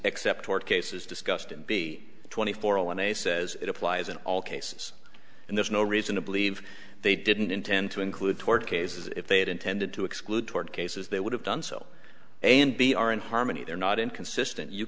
except for cases discussed in b twenty four a when a says it applies in all cases and there's no reason to believe they didn't intend to include tort cases if they had intended to exclude toward cases they would have done so and b are in harmony they're not inconsistent you